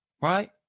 Right